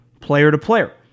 player-to-player